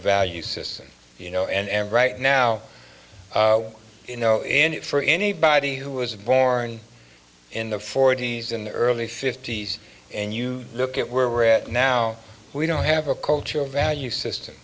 values system you know and right now you know in it for anybody who was born in the forty's in the early fifty's and you look at where we're at now we don't have a cultural value system